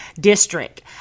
district